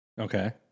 Okay